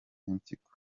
y’impyiko